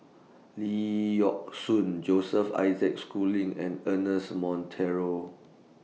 Lee Yock Suan Joseph Isaac Schooling and Ernest Monteiro